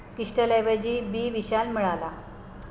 किष्टलऐवजी B Vishal मिळाला